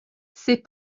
ces